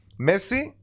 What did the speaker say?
messi